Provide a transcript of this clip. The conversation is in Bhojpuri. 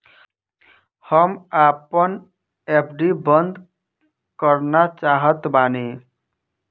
हम आपन एफ.डी बंद करना चाहत बानी